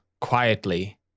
quietly